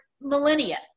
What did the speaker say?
millennia